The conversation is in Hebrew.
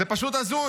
זה פשוט הזוי.